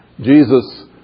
Jesus